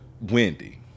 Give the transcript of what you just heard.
Wendy